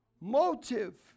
motive